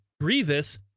Grievous